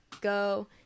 go